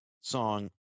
song